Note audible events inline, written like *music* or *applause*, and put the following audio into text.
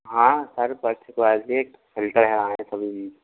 हाँ sir first quality *unintelligible*